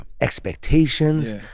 expectations